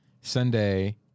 Sunday